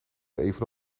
even